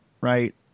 right